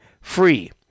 free